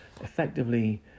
effectively